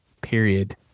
period